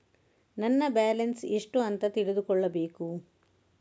ನನ್ನ ಬ್ಯಾಲೆನ್ಸ್ ಎಷ್ಟು ಅಂತ ತಿಳಿದುಕೊಳ್ಳಬೇಕು?